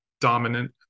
dominant